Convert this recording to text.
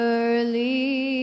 Early